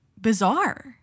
bizarre